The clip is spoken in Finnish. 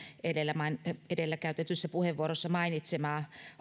edellä käyttämässään puheenvuorossa mainitsemaa